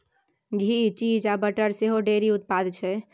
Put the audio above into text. घी, cheese आ butter सेहो dairy उत्पाद छै